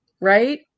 right